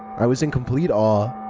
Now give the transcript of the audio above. i was in complete awe.